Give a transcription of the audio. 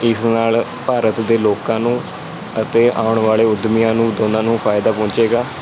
ਇਸ ਨਾਲ ਭਾਰਤ ਦੇ ਲੋਕਾਂ ਨੂੰ ਅਤੇ ਆਉਣ ਵਾਲੇ ਉਦਮੀਆਂ ਨੂੰ ਦੋਨਾਂ ਨੂੰ ਫਾਇਦਾ ਪਹੁੰਚੇਗਾ